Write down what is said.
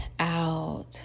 out